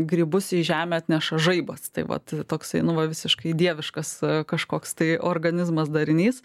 grybus į žemę atneša žaibas tai vat toksai nu va visiškai dieviškas kažkoks tai organizmas darinys